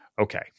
Okay